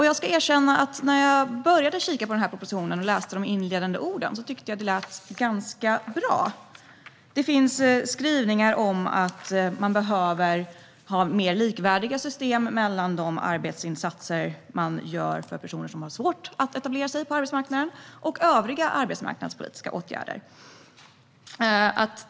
Jag ska erkänna att jag när jag började kika på propositionen och läste de inledande orden tyckte att det lät ganska bra. Det finns skrivningar om att man behöver system med större likvärdighet mellan de arbetsinsatser som görs för personer som har svårt att etablera sig på arbetsmarknaden och övriga arbetsmarknadspolitiska åtgärder.